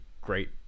great